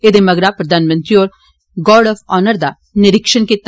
ऐदे मगरा प्रधानमंत्री होरें गार्ड ऑफ आनर दा निरिक्षण कीता